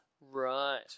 Right